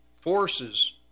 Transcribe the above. forces